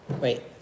Wait